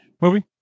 movie